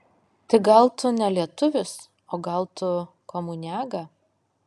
tai gal tu ne lietuvis o gal tu komuniaga